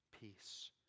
peace